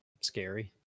scary